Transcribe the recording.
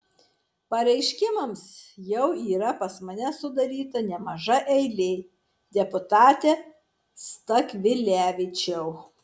pareiškimams jau yra pas mane sudaryta nemaža eilė deputate stakvilevičiau